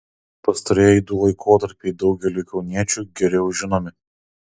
pastarieji du laikotarpiai daugeliui kauniečių geriau žinomi